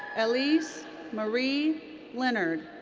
elise marie leonard.